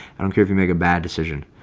i don't care if you make a bad decision.